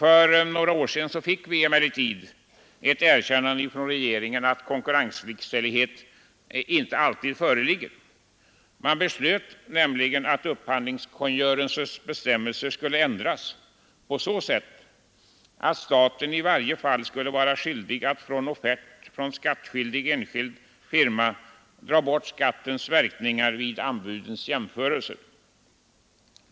För något år sedan fick vi emellertid ett erkännande från regeringen av att konkurrenslikställighet inte alltid föreligger. Det beslöts nämligen att upphandlingskungörelsens bestämmelser skulle ändras på så sätt att staten i varje fall skall vara skyldig att vid offert från skattskyldig enskild firma ta hänsyn till skattens verkningar vid anbudsjämförelser.